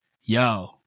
yo